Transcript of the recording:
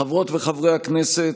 חברות וחברי הכנסת,